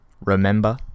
remember